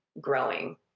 growing